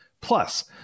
Plus